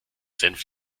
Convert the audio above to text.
senf